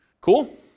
Cool